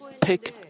pick